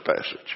passage